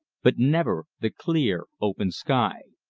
but never the clear, open sky.